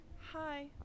hi